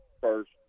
first